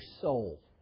soul